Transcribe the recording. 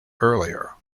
earlier